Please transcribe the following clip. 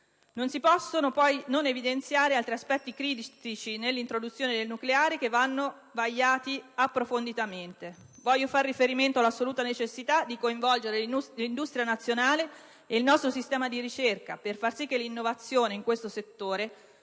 Non si possono poi non evidenziare altri aspetti critici nell'introduzione del nucleare che vanno vagliati approfonditamente. Voglio far riferimento alla assoluta necessità di coinvolgere l'industria nazionale e il nostro sistema di ricerca, per far sì che l'innovazione in questo settore